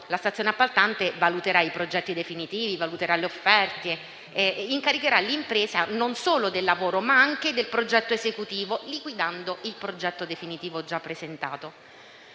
la stazione appaltante valuterà i progetti definitivi e le offerte e incaricherà l'impresa non solo del lavoro, ma anche del progetto esecutivo, liquidando il progetto definitivo già presentato.